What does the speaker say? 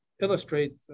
illustrate